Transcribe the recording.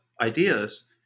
ideas